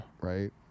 Right